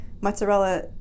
mozzarella